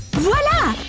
voila!